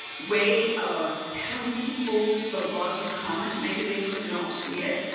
way of telling people the laws of commerce, maybe they couldn't all see it.